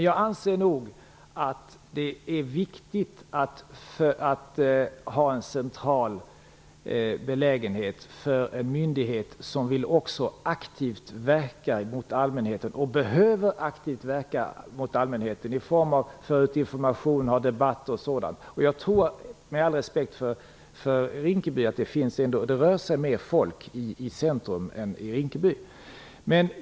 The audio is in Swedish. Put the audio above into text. Jag anser att det är viktigt att vara centralt belägen för en myndighet som också vill verka aktivt mot allmänheten och behöver göra detta för att föra ut information och ha debatter och liknande. Med all respekt för Rinkeby tror jag att det rör sig mer folk i centrum än i Rinkeby.